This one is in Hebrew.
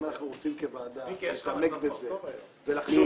אם אנחנו רוצים כוועדה להתעמק בזה ולחשוב